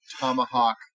tomahawk